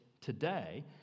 today